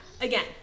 again